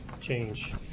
change